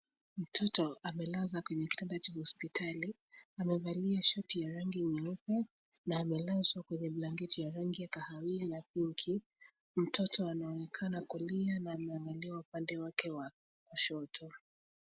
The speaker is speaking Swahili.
Mtoto amelazwa kwenye kitanda cha hospitali, amevalia shati ya rangi nyeupe na amelazwa kwenye blanketi ya rangi ya kahawia na pinki. Mtoto anaonekana kulia na ameangalia upande wake wa kushoto.